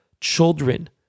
children